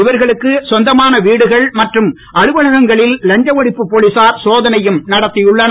இவர்களுக்கு சொந்தமான வீடுகள் மற்றும் அலுவலகங்களில் லஞ்ச ஒழிப்பு போலீசார் சோதனையும் நடத்தியுள்ளனர்